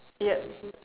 yup